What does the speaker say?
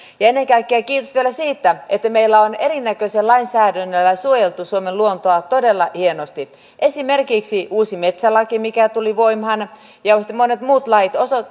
ja ennen kaikkea kiitos vielä siitä että meillä on erinäköisellä lainsäädännöllä suojeltu suomen luontoa todella hienosti esimerkiksi uusi metsälaki mikä tuli voimaan ja monet muut lait